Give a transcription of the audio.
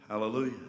Hallelujah